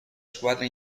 squadra